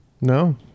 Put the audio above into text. no